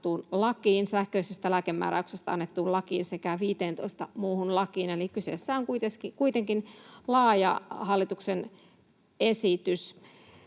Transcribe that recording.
sähköisestä lääkemääräyksestä annettuun lakiin sekä 15 muuhun lakiin, eli kyseessä on kuitenkin laaja hallituksen esitys.